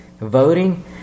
voting